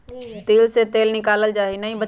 तिल से तेल निकाल्ल जाहई